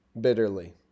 bitterly